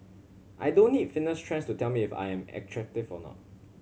I don't need fitness trends to tell me if I am attractive or not